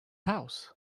house